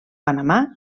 panamà